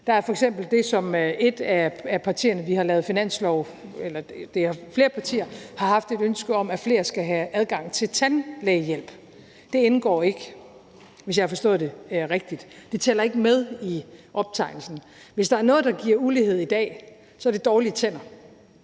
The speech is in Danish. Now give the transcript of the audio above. en sådan teknisk fremstilling af ulighed, er der f.eks. flere partier, der har haft et ønske om, at flere skal have adgang til tandlægehjælp. Det indgår ikke, hvis jeg har forstået det rigtigt. Det tæller ikke med i optegnelsen. Hvis der er noget, der giver ulighed i dag, er det dårlige tænder.